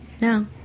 No